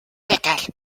également